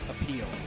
appeal